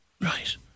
Right